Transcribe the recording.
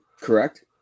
Correct